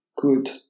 good